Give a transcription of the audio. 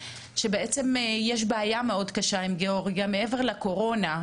שיש בעיה מאוד קשה עם גאורגיה מעבר לקורונה,